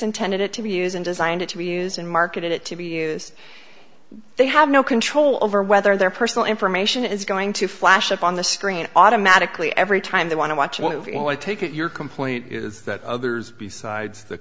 intended it to views and designed it to be used and marketed it to be used they have no control over whether their personal information is going to flash up on the screen automatically every time they want to watch one of you i take it your complaint is that others besides the